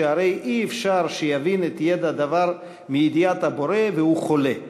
שהרי אי-אפשר שיבין או ידע דבר מידיעת הבורא והוא חולה.